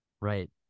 Right